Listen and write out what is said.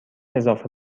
اضافه